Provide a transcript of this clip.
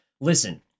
listen